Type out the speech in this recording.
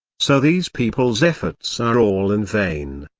so these peoples' efforts are all in vain.